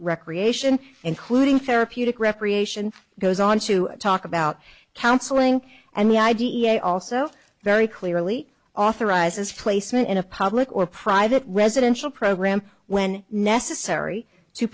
recreation including therapeutic recreation goes on to talk about counseling and the i d e a also very clearly authorizes placement in a public or private residential program when necessary to